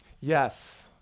Yes